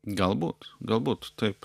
galbūt galbūt taip